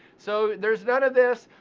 so there's none of this,